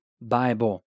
Bible